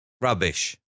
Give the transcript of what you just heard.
rubbish